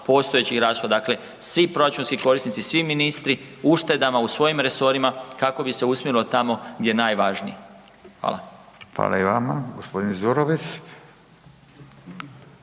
postojećih rashoda. Dakle, svi proračunski korisnici, svi ministri, uštedama u svojim resorima kako bi se usmjerilo tamo gdje je najvažnije. Hvala. **Radin, Furio